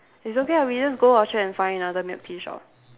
it's okay ah we just go Orchard and find another milk tea shop